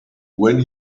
when